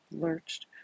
lurched